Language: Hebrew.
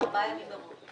וארבעה ימים מראש.